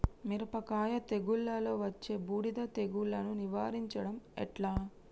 మిరపకాయ తెగుళ్లలో వచ్చే బూడిది తెగుళ్లను నివారించడం ఎట్లా?